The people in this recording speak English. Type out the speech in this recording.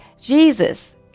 jesus